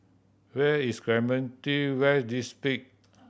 where is Clementi West